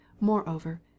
Moreover